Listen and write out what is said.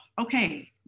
Okay